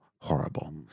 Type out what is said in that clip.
horrible